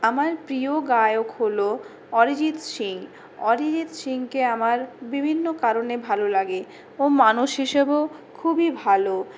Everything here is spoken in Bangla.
আমার প্রিয় গায়ক হল অরিজিৎ সিং অরিজিৎ সিংকে আমার বিভিন্ন কারণে ভালো লাগে ও মানুষ হিসেবেও খুবই ভালো